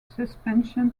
suspension